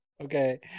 Okay